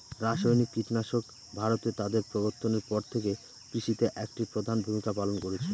রাসায়নিক কীটনাশক ভারতে তাদের প্রবর্তনের পর থেকে কৃষিতে একটি প্রধান ভূমিকা পালন করেছে